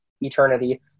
eternity